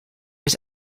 his